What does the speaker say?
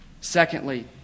Secondly